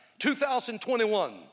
2021